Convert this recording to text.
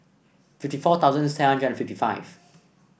fifty four thousand hundred and fifty five